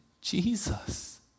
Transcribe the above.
Jesus